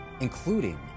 including